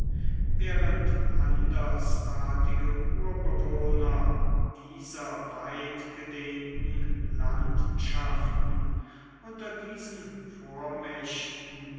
während andersartige urbewohner dieser weitgedehnten landschaften unter diesen vormächten